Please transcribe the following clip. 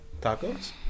Tacos